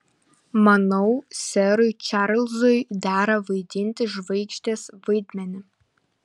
manau serui čarlzui dera vaidinti žvaigždės vaidmenį